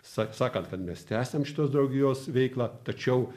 sa sakant kad mes tęsiam šios draugijos veiklą tačiau